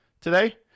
today